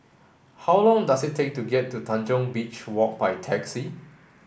how long does it take to get to Tanjong Beach Walk by taxi